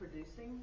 producing